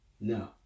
No